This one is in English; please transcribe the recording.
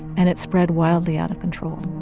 and it spread wildly out of control